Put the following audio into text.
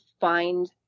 find